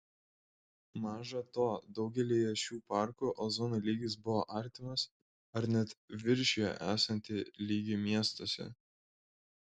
maža to daugelyje šių parkų ozono lygis buvo artimas ar net viršijo esantį lygį miestuose